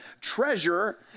treasure